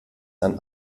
ein